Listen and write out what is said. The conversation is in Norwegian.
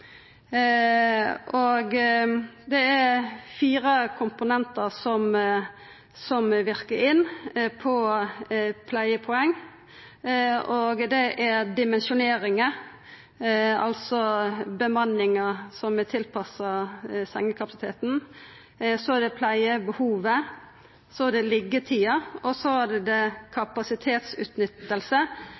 omgrepet. Det er fire komponentar som verkar inn på pleiepoeng. Dei er dimensjoneringa – altså bemanninga som er tilpassa sengekapasiteten – pleiebehovet, liggjetida og kapasitetsutnyttinga, også kalla beleggsprosent, altså det faktiske talet liggjedøgn delt på kapasitet liggjedøgn. Da får vi ein formel som er